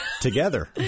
together